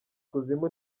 kuzimu